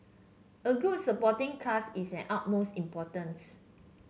a good supporting cast is an utmost importance